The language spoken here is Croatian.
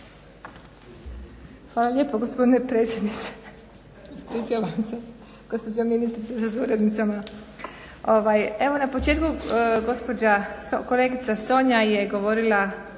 Hvala lijepa gospodine predsjedniče, gospođo ministrica sa suradnicama. Evo na početku kolegica Sonja je govorila